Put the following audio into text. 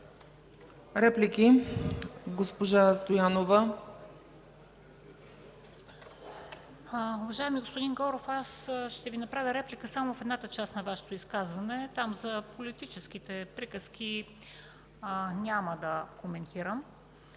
Реплики? Госпожа Стоянова.